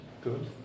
good